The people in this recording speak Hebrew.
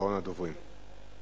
אחרון הדוברים.